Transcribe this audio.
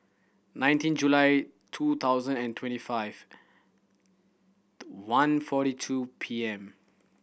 nineteen July two thousand and twenty five one forty two P M